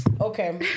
Okay